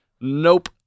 nope